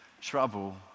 trouble